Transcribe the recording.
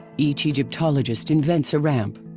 each egyptologist invents a ramp.